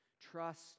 Trust